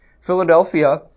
Philadelphia